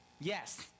Yes